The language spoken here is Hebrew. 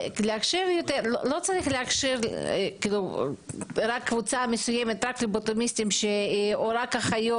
לא צריך להכשיר רק קבוצה מסוימת רק פלבוטומיסטים או רק אחיות.